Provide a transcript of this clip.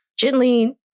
gently